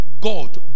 God